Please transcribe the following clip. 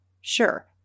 Sure